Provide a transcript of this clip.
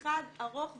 אחד ארוך וגדול,